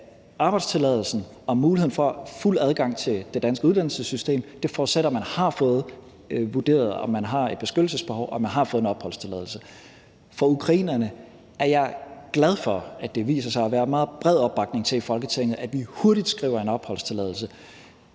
arbejdstilladelsen og muligheden for fuld adgang til det danske uddannelsessystem forudsætter, at man har fået vurderet, om man har et beskyttelsesbehov, og at man har fået en opholdstilladelse. Med hensyn til ukrainerne er jeg glad for, at der viser sig at være meget bred opbakning til i Folketinget, at vi hurtigt giver dem en opholdstilladelse.